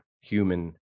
human